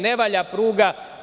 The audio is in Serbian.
Ne valja pruga.